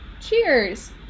cheers